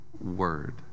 word